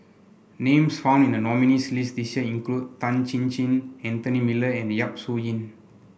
names found in the nominees' list this year include Tan Chin Chin Anthony Miller and Yap Su Yin